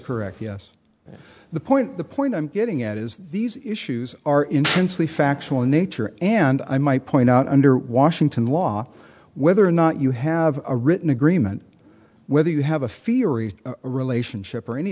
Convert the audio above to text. correct yes the point the point i'm getting at is these issues are intensely factual in nature and i might point out under washington law whether or not you have a written agreement whether you have a fear ie a relationship or any